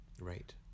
Right